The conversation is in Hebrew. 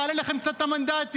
יעלו לכם קצת המנדטים.